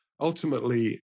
ultimately